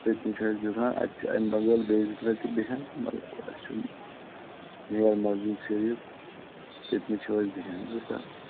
تٔتۍنٕے چھُ اَسہِ دُکان اَسہِ چھِ امہِ بغٲر بیٚیہِ زٕ ترٛےٚ تہٕ بیٚہن مَگر اَسہِ چھُ مین مَسجد شریٖف تٔتۍنٕے چھِوٕ أسۍ بیٚہن بوٗزتھا